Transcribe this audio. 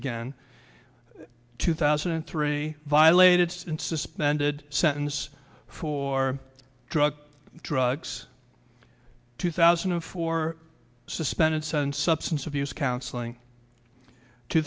again two thousand and three violated in suspended sentence for drug drugs two thousand and four suspended sentence substance abuse counseling two